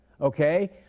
okay